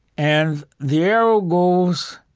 and the arrow goes,